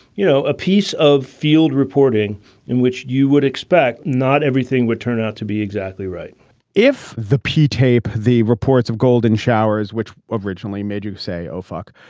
you know, a piece of field reporting in which you would expect not everything would turn out to be exactly right if the p tape, the reports of golden showers which were originally made, you say, oh, fuck.